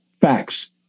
facts